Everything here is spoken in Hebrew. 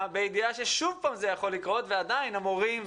בידיעה שזה יכול לקרות שוב ועדיין המורים,